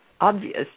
obvious